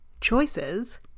choices